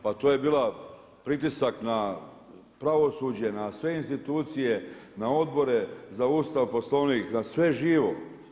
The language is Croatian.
Pa to je bio pritisak na pravosuđe, na sve institucije, na odbore za Ustav, Poslovnik, na sve život.